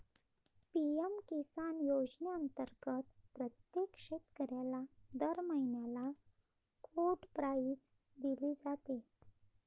PM Kisan योजनेअंतर्गत प्रत्येक शेतकऱ्याला दर महिन्याला कोड प्राईज दिली जाते